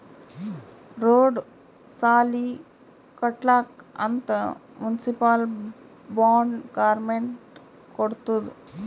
road, ಸಾಲಿ ಕಟ್ಲಕ್ ಅಂತ್ ಮುನ್ಸಿಪಲ್ ಬಾಂಡ್ ಗೌರ್ಮೆಂಟ್ ಕೊಡ್ತುದ್